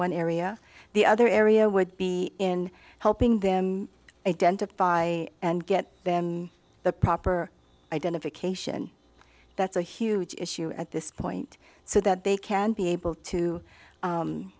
one area the other area would be in helping them identify and get them the proper identification that's a huge issue at this point so that they can be able to